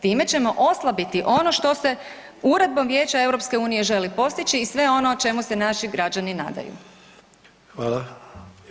Time ćemo oslabiti ono što se uredbom Vijeća EU-a želi postići i sve ono o čemu se naši građani nadaju.